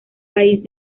país